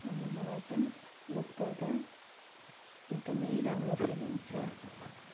अनि मलाई चाहिँ बुक पढ्दा एकदम राम्रो फिल हुन्छ